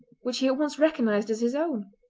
which he at once recognised as his own.